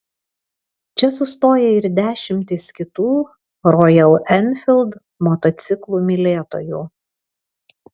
čia sustoja ir dešimtys kitų rojal enfild motociklų mylėtojų